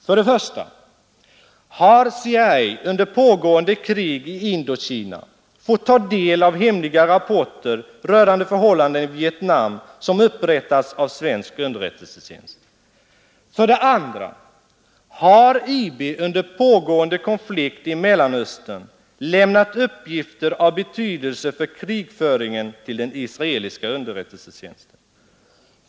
För det första: Har CIA under pågående krig i Indokina fått ta del av hemliga rapporter rörande förhållanden i Vietnam som upprättats av svensk underrättelsetjänst? För det andra: Har IB under pågående konflikt i Mellanöstern lämnat uppgifter av betydelse för krigföringen till den israeliska underrättelsetjänsten?